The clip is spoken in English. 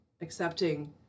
accepting